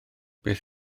beth